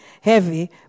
heavy